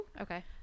okay